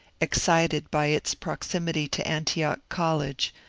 excited by its proximity to antioch college,